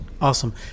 Awesome